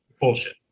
bullshit